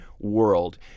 world